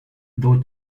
those